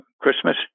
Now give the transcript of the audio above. Christmas